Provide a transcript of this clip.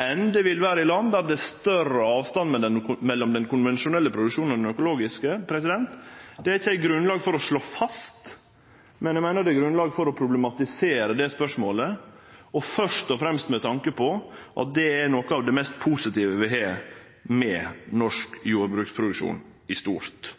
enn det vil vere i land der det er større avstand mellom den konvensjonelle produksjonen og den økologiske, har eg ikkje grunnlag for å slå fast, men eg meiner det er grunnlag for å problematisere det spørsmålet, først og fremst med tanke på at det er noko av det mest positive vi har med norsk jordbruksproduksjon i stort.